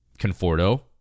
Conforto